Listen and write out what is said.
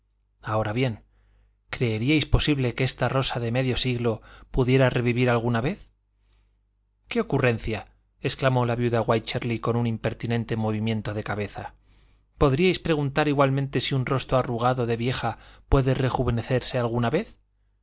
ahora bien creeríais posible que esta rosa de medio siglo pudiera revivir alguna vez qué ocurrencia exclamó la viuda wycherly con un impertinente movimiento de cabeza podríais preguntar igualmente si un rostro arrugado de vieja puede rejuvenecerse alguna vez